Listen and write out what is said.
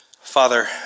Father